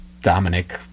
Dominic